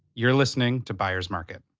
you're listening to byers market.